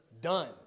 done